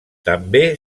també